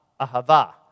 ahava